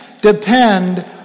depend